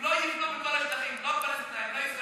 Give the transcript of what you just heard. אם לא יבנו כל הצדדים, לא הפלסטינים ולא הישראלים,